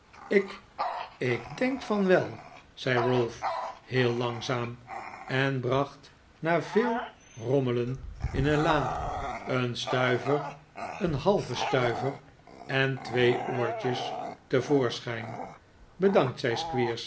ik ik denk van wel zei ralph heel langzaam en bracht na veel rommelen in een la een stuiver een halven stuiver en twee oortjes te voorschijn bedankt zei